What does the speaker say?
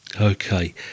Okay